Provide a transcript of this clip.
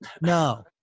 No